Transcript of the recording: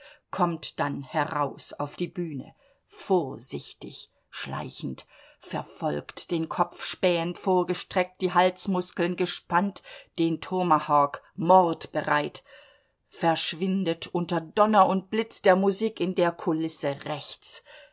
kommt dann heraus auf die bühne vorsichtig schleichend verfolgt den kopf spähend vorgestreckt die halsmuskeln gespannt den tomahawk mordbereit verschwindet unter donner und blitz der musik in der kulisse rechts